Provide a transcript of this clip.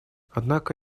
однако